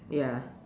ya